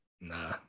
Nah